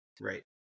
right